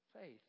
faith